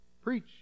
Preach